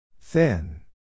Thin